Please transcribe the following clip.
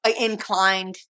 inclined